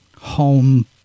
home